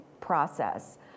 process